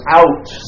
out